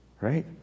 right